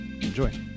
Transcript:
enjoy